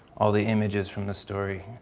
all the images from the story.